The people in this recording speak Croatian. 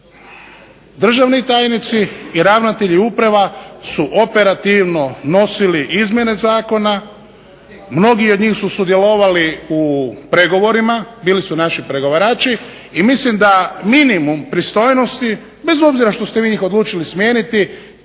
Državni tajnici i ravnatelji uprava su operativno nosili izmjene zakona, mnogi od njih su sudjelovali u pregovorima, bili su naši pregovarači i mislim da minimum pristojnosti bez obzira što ste vi njih odlučili smijeniti